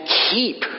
keep